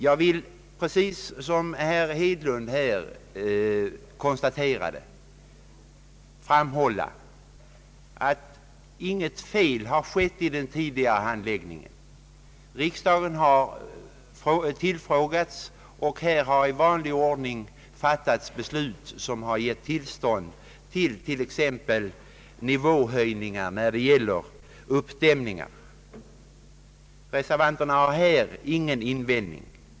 Jag vill, precis som herr Hedlund här konstaterade, framhålla att inget fel har skett vid den tidigare handläggningen. Riksdagen har tillfrågats, och beslut har fattats i vanlig ordning, varigenom tillstånd givits för t.ex. nivåhöjningar i samband med uppdämning. Reservanterna har på den punkten ingen invändning.